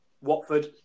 Watford